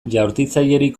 jaurtitzailerik